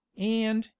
and,